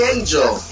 Angel